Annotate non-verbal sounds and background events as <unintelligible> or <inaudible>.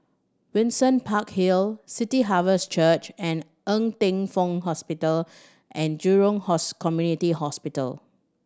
Windsor Park Hill City Harvest Church and Ng Teng Fong Hospital and Jurong <unintelligible> Community Hospital